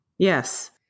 yes